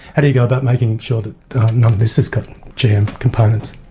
how do you go about making sure that this has got gm components?